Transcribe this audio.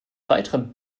weiteren